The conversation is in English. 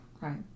right